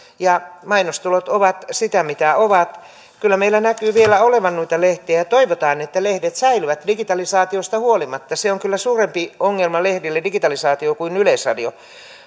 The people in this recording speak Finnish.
ja mainostulot ovat sitä mitä ovat kyllä meillä näkyy vielä olevan noita lehtiä ja ja toivotaan että lehdet säilyvät digitalisaatiosta huolimatta digitalisaatio on kyllä suurempi ongelma lehdille kuin yleisradiolle